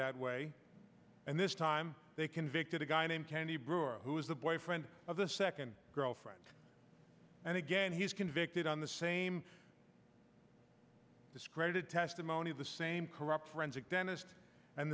that way and this time they convicted a guy named kenny brewer who is the boyfriend of the second girlfriend and again he's convicted on the same discredited testimony the same corrupt forensic dentist and